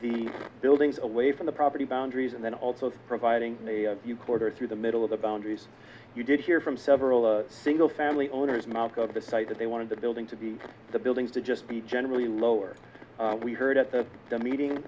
the buildings away from the property boundaries and then also providing a border through the middle of the boundaries you did hear from several single family owners moscow decided that they wanted the building to be the buildings to just be generally lower we heard at the meeting